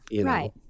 Right